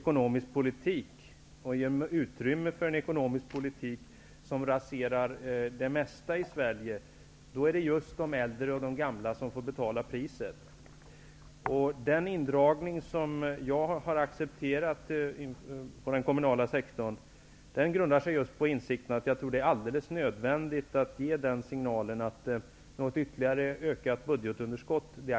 Om vi här ger utrymme för en ekonomisk politik som raserar det mesta i Sverige, är det just de äldre som får betala priset. Den indragning som jag har accepterat på den kommunala sektorn grundar sig just på insikten att det är alldeles nödvändigt att ge signalen att vi inte accepterar någon ytterligare ökning av budgetunderskottet.